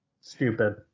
Stupid